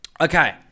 Okay